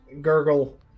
Gurgle